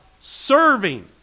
serving